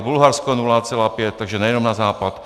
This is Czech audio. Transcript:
Bulharsko 0,5 takže nejenom na západ;